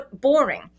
boring